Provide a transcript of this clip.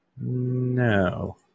No